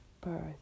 birth